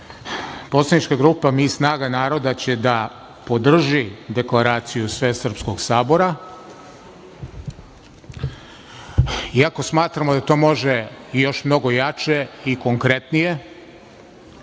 poslanička grupa MI – Snaga naroda će da podrži Deklaraciju Svesrpskog sabora, iako smatramo da to može još mnogo jače i konkretnije,